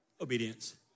Obedience